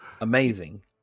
amazing